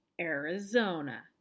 Arizona